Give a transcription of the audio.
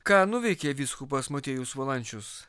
ką nuveikė vyskupas motiejus valančius